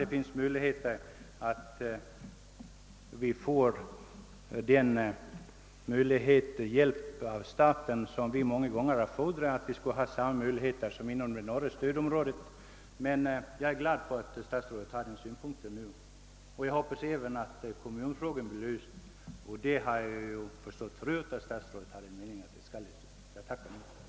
Centerns representanter har många gånger fordrat, att Gotland skall få hjälp av staten och få samma möjligheter som man har inom det norra stödområdet. Jag hoppas också att kommunfrågan blir löst, och jag har redan förut förstått att statsrådet anser att den här frågan skall lösas.